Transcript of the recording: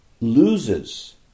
loses